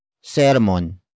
Sermon